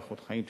איכות סביבה,